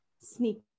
sneak